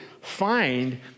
find